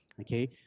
okay